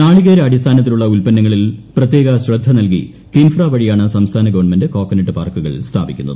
നാളികേരാടിസ്ഥാനത്തിലുള്ള ഉൽപ്പന്നങ്ങളിൽ പ്രത്യേക ശ്രദ്ധ നൽകി കിൻഫ്ര വഴിയാണ് സംസ്ഥാന ഗുവ്ൺമെന്റ് കോക്കനട്ട് പാർക്കുകൾ സ്ഥാപിക്കുന്നത്